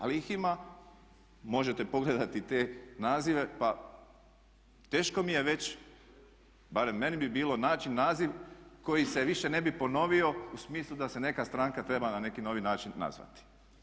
Ali ih ima, možete pogledati te nazive pa teško mi je već, barem meni bi bilo naći naziv koji se više ne bi ponovio u smislu da se neka stranka treba na neki novi način nazvati.